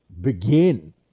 begin